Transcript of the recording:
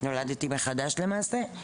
נולדתי מחדש למעשה.